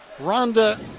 Rhonda